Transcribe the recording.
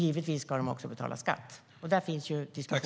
Givetvis ska de också betala skatt. Så förs diskussionerna i dag.